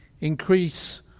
increase